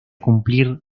cumplir